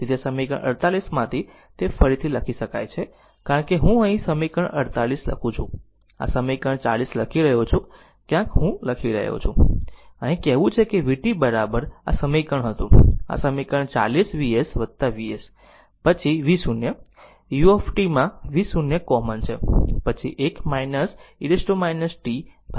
તેથી સમીકરણ 48 માંથી તે ફરીથી લખી શકાય છે કારણ કે હું અહીં સમીકરણ 48 લખું છું આ સમીકરણ 40 લખી રહ્યો છે ક્યાંક હું લખી રહ્યો છું અહીં કહેવું vt vt આ સમીકરણ હતું સમીકરણ 40 Vs Vs પછી v0 u માં v0 કોમન છે પછી 1 e t tτ